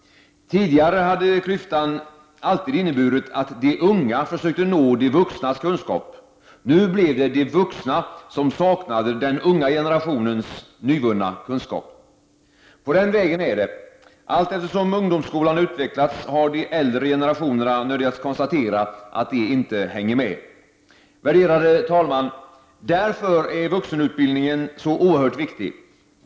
Tidigare hade klyftan alltid inneburit att de unga försökte nå de vuxnas kunskap. Nu blev det de vuxna som saknade den unga generationens nyvunna kunskap. På den vägen är det. Allteftersom ungdomskolan utvecklats har de äldre generationerna nödgats konstatera att de inte ”hänger med”. Värderade talman! Därför är vuxenutbildningen så oerhört viktig.